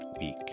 week